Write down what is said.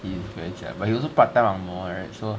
he's very jialat but he also part time angmoh right so